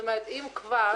זאת אומרת, אם כבר